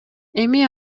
эми